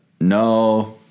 No